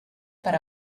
per